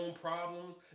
problems